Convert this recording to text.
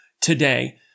today